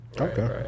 Okay